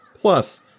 Plus